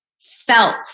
felt